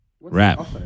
Rap